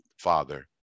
father